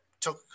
took